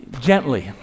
Gently